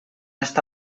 está